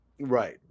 right